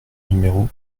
numéro